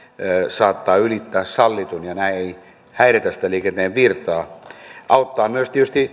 saattaa ylittää sallitun ja näin ei häiritä sitä liikenteen virtaa tämä asia auttaa tietysti